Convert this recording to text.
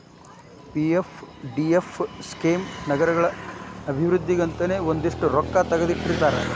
PFDF scheme ನಗರಗಳ ಅಭಿವೃದ್ಧಿಗಂತನೇ ಒಂದಷ್ಟ್ ರೊಕ್ಕಾ ತೆಗದಿಟ್ಟಿರ್ತಾರ